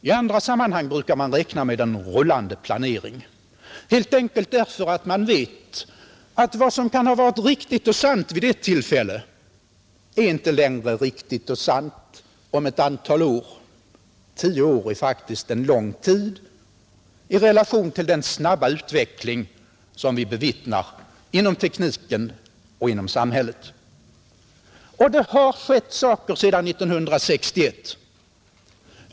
I andra sammanhang brukar man räkna med en rullande planering, helt enkelt därför att man vet att vad som kan ha varit riktigt och sant vid ett tillfälle är inte alltid längre riktigt och sant om ett antal år — tio år är faktiskt en lång tid i relation till den snabba utveckling som vi bevittnar inom tekniken och inom samhället. Och det har skett saker sedan 1961.